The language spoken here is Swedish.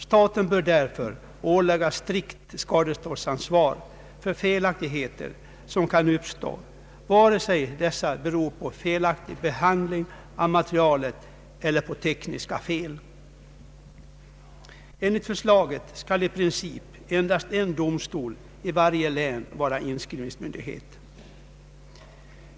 Staten bör därför åläggas strikt skadeståndsansvar för felaktigheter som kan uppstå, vare sig dessa beror på felaktig behandling av materialet eller på tekniska fel. Enligt förslaget skall i princip endast en domstol i varje län vara inskrivningsmyndighet.